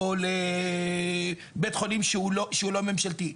או לבית חולים שהוא לא ממשלתי.